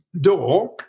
door